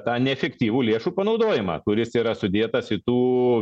tą neefektyvų lėšų panaudojimą kuris yra sudėtas į tų